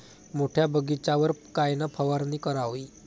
मोठ्या बगीचावर कायन फवारनी करावी?